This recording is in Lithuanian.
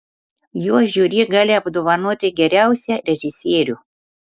juo žiuri gali apdovanoti geriausią režisierių